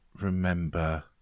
remember